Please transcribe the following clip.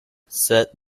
set